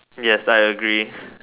yes I agree